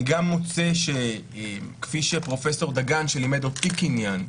אני גם מוצא, שכפי שפרופ' דגן שלימד אותי קניין,